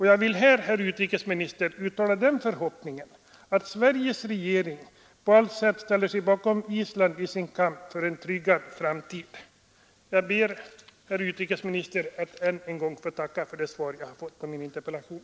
Jag vill, herr utrikesminister, uttala den förhoppningen att Sveriges regering på allt sätt ställer sig bakom Island i dess kamp för en tryggad framtid. Jag ber, herr utrikesminister, att än en gång få tacka för det svar jag fått på min interpellation.